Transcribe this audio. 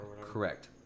correct